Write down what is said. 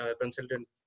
Consultant